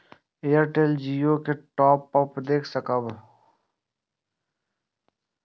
Airtel Jio के top up के देख सकब?